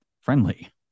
friendly